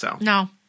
No